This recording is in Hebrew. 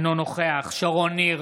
אינו נוכח שרון ניר,